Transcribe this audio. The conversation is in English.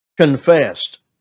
confessed